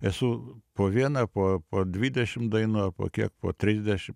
esu po vieną po po dvidešim dainų a po kiek po trisdešim